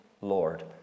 Lord